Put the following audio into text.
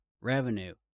Revenue